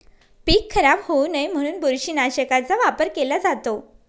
पीक खराब होऊ नये म्हणून बुरशीनाशकाचा वापर केला जातो